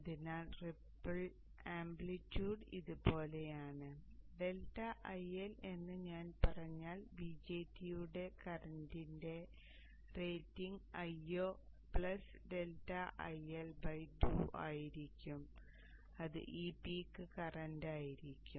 അതിനാൽ ripple amplitude ഇതുപോലെയാണ് ∆IL എന്ന് ഞാൻ പറഞ്ഞാൽ BJT യുടെ കറന്റിന്റെ റേറ്റിംഗ് Io ∆IL2 ആയിരിക്കും അത് ഈ പീക്ക് ആയിരിക്കും അത് പീക്ക് കറന്റായിരിക്കും